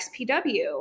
XPW